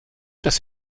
das